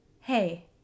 hey